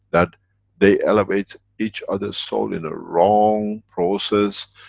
that they elevate each others soul in a wrong process,